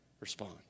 Respond